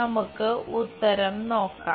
നമുക്ക് ഉത്തരം നോക്കാം